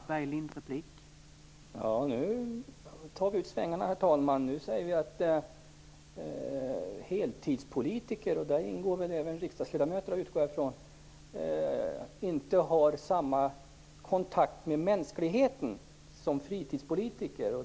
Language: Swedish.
Herr talman! Nu tar vi ut svängarna! Nu sägs att heltidspolitiker - jag utgår från att även riksdagsledamöter ingår i den gruppen - inte har samma kontakt med mänskligheten som fritidspolitiker.